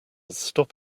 stop